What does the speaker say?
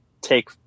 take